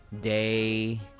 day